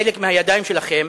חלק מהידיים שלכם